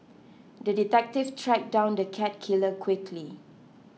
the detective tracked down the cat killer quickly